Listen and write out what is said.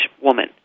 woman